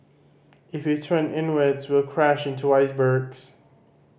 if we turn inwards we'll crash into icebergs